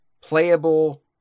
playable